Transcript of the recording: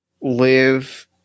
live